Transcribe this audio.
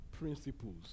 principles